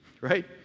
right